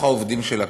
מהעובדים של הכותל.